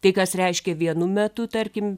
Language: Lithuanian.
tai kas reiškia vienu metu tarkim